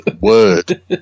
word